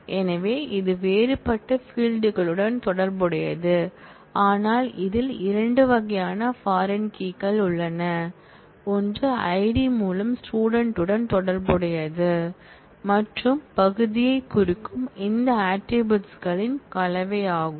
எனவே இது வேறுபட்ட ஃபீல்ட் டன் தொடர்புடையது ஆனால் அதில் 2 வகையான பாரின் கீ கள் உள்ளன ஒன்று ஐடி மூலம் ஸ்டூடெண்ட்டன் தொடர்புடையது மற்றும் பகுதியைக் குறிக்கும் இந்த ஆட்ரிபூட்ஸ் களின் கலவையாகும்